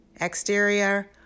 exterior